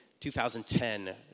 2010